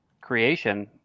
creation